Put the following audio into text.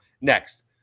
next